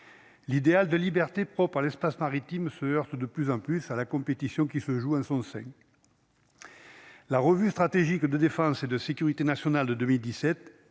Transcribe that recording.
l'idéal de liberté propre l'espace maritime se heurtent de plus en plus à la compétition qui se joue en son sein la revue stratégique de défense et de sécurité nationale de 2017